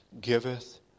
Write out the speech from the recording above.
giveth